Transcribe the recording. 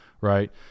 right